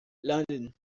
london